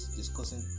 discussing